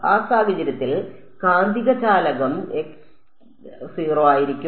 ആ സാഹചര്യത്തിൽ കാന്തിക ചാലകം 0 ആയിരിക്കും